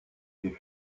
des